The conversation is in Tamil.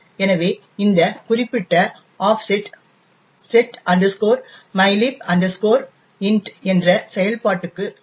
எனவே இந்த குறிப்பிட்ட ஆஃப்செட் set mylib int என்ற செயல்பாட்டுக்கு ஒத்திருக்கிறது